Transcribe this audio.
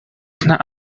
not